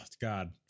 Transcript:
god